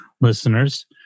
listeners